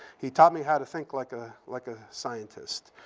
he taught me how to think like ah like a scientist.